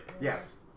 yes